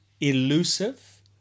Elusive